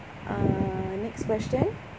uh next question